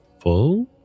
full